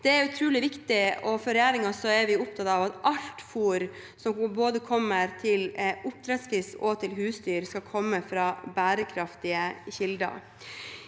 Det er utrolig viktig, og for regjeringens del er vi opptatt av at alt fôr, både til oppdrettsfisk og husdyr, skal komme fra bærekraftige kilder.